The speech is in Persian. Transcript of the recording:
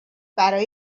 برا